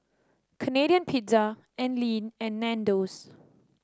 Canadian Pizza Anlene and Nandos